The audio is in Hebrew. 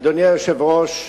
אדוני היושב-ראש,